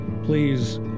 Please